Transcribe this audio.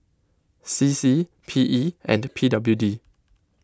C C P E and P W D